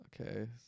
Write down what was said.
Okay